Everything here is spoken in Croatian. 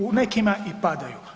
U nekim i padaju.